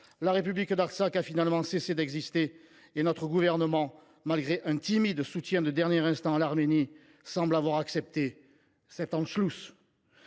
la République d’Artsakh a cessé d’exister, et notre gouvernement, malgré un timide soutien de dernier instant à l’Arménie, semble avoir accepté cet Anschluss.